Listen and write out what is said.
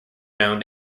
known